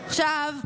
עכשיו,